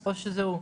או שזה הוא?